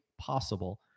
possible